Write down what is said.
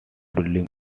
building